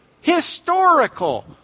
historical